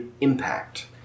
impact